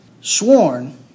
sworn